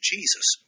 Jesus